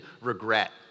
regret